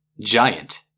giant